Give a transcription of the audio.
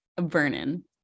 Vernon